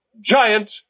giant